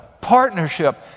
partnership